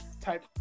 type